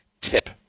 tip